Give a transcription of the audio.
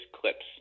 clips